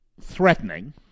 threatening